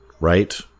right